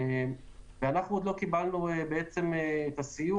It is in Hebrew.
אנחנו עוד לא קיבלנו את הסיוע.